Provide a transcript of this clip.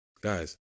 Guys